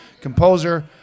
composer